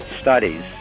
studies